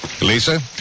Lisa